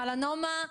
מלנומה,